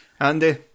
Andy